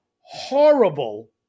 horrible